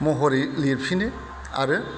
महरै लिरफिनो आरो